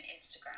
Instagram